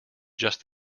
just